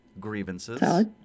grievances